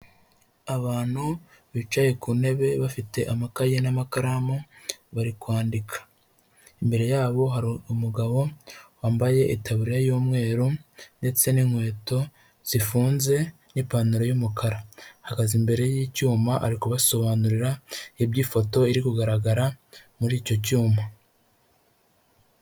Abantu bicaye ku ntebe bafite amakayi n'amakaramu bari kwandika, imbere yabo hari umugabo wambaye itaburiya y'umweru ndetse n'inkweto zifunze n'ipantaro y'umukara, ahagaze imbere y'icyuma ari kubasobanurira iby'ifoto iri kugaragara muri icyo cyuma.